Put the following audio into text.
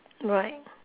right